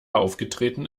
aufgetreten